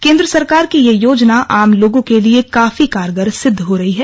केंद्र सरकार की यह योजना आम लोगों के लिए काफी कारगर सिद्ध हो रही है